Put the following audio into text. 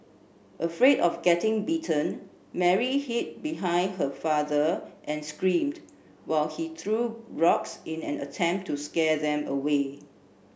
afraid of getting bitten Mary hid behind her father and screamed while he threw rocks in an attempt to scare them away